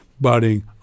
budding